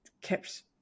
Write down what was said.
kept